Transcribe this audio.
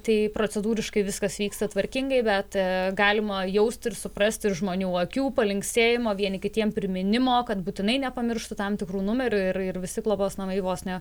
tai procedūriškai viskas vyksta tvarkingai bet galima jausti ir suprasti žmonių akių palinksėjimą vieni kitiem priminimo kad būtinai nepamirštų tam tikrų numerių ir ir visi globos namai vos ne